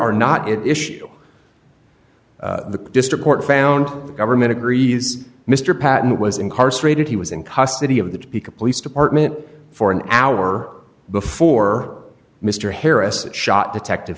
are not at issue the district court found the government agrees mr patten was incarcerated he was in custody of the topeka police department for an hour before mr harris shot detective